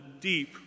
deep